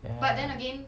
ya